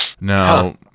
Now